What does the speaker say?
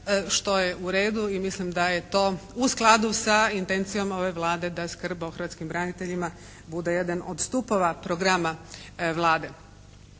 što je u redu i mislim da je to u skladu sa intencijom ove Vlade da skrb o hrvatskim braniteljima bude jedan od stupova programa Vlade.